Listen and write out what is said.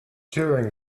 during